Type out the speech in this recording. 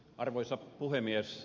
arvoisa puhemies